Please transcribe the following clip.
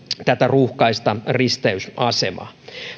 tätä ruuhkaista risteysasemaa